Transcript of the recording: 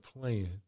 playing